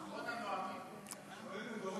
נואמים.